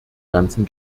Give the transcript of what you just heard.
ganzen